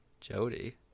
Jody